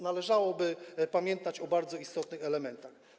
Należałoby pamiętać o bardzo istotnych elementach.